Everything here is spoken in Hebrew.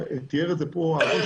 תיאר את זה פה הבחור,